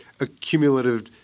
accumulative